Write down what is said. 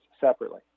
separately